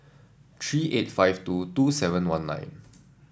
three eight five two two seven one nine